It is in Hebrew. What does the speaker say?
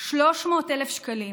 300,000 שקלים,